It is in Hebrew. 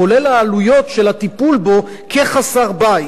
כולל העלויות של הטיפול בו כחסר-בית.